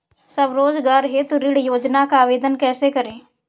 स्वरोजगार हेतु ऋण योजना का आवेदन कैसे करें?